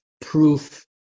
proof